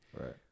right